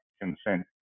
consent